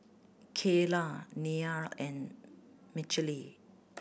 Cayla Neil and Mechelle